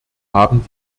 haben